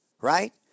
right